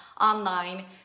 online